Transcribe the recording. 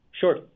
Sure